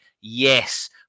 yes